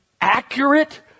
accurate